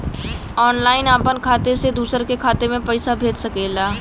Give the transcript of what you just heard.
online आपन खाते से दूसर के खाते मे पइसा भेज सकेला